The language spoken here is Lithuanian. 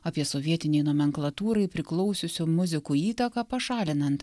apie sovietinei nomenklatūrai priklausiusių muzikų įtaką pašalinant